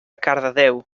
cardedeu